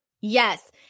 yes